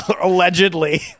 allegedly